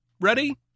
ready